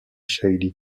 shady